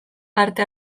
parte